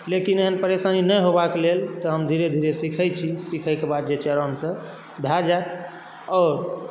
लेकिन एहन परेशानी नहि होयबाके लेल तऽ हम धीरे धीरे सीखै छी सिखयके बाद आरामसँ भय जायत आओर